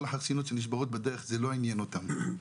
כל החרסינות שנשברות בדרך זה לא עניין אותם.